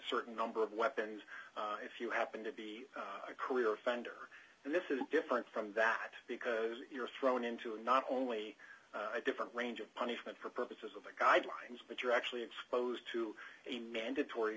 certain number of weapons if you happen to be a career offender and this is different from that because you're thrown into a not only a different range of punishment for purposes of the guidelines but you're actually exposed to a mandatory